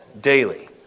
daily